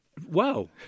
Wow